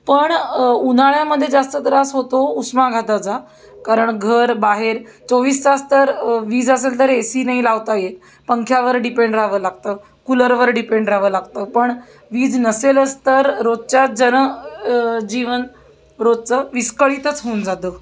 पण उन्हाळ्यामध्ये जास्त त्रास होतो उष्माघाताचा कारण घर बाहेर चोवीस तास तर वीज असेल तर ए सी नाही लावता येत पंख्यावर डिपेंड राहावं लागतं कूलरवर डिपेंड राहावं लागतं पण वीज नसेलच तर रोजच्या जन जीवन रोजचं विस्कळितच होऊन जातं